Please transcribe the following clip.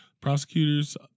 Prosecutors